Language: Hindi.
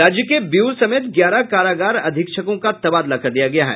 राज्य के बेउर समेत ग्यारह कारागार अधीक्षकों का तबादला किया गया है